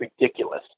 ridiculous